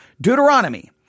Deuteronomy